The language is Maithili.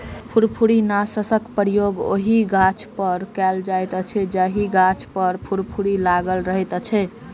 फुफरीनाशकक प्रयोग ओहि गाछपर कयल जाइत अछि जाहि गाछ पर फुफरी लागल रहैत अछि